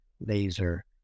laser